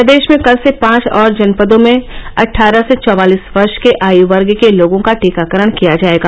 प्रदेश में कल से पांच और जनपदों में अटठारह से चौवालीस वर्ष के आयु वर्ग के लोगों का टीकाकरण किया जायेगा